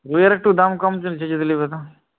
রুইয়ের একটু দাম কম চলছে যদি নেবে তো